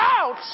out